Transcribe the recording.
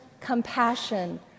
compassion